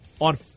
on